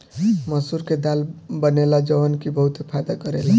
मसूर के दाल बनेला जवन की बहुते फायदा करेला